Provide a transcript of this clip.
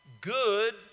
good